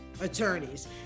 attorneys